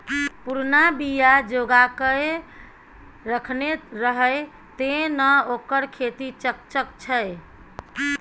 पुरना बीया जोगाकए रखने रहय तें न ओकर खेती चकचक छै